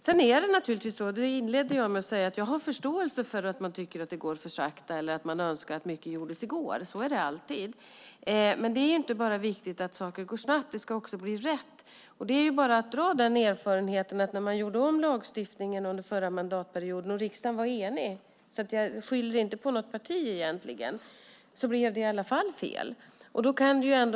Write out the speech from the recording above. Som jag inledde med att säga har jag förståelse för att man tycker att det går för sakta eller att man önskar att mycket hade gjorts i går. Så är det alltid. Men det är inte bara viktigt att saker går snabbt. Det ska också bli rätt. Man kan dra erfarenhet av att när man gjorde om lagstiftningen under förra mandatperioden, då riksdagen var enig - jag skyller inte på något parti egentligen - blev det i alla fall fel.